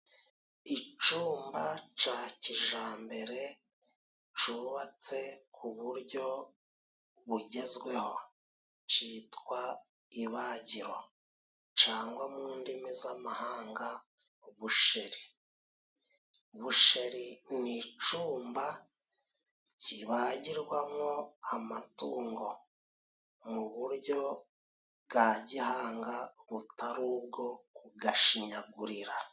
Icumba ca kijambere cubatse ku buryo bugezweho, citwa ibagiro cangwa mu ndimi z'amahanga busheri. Busheri ni icumba kibagirwamwo amatungo mu buryo bwa gihanga, butari ubwo kugashinyagurira.